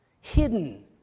Hidden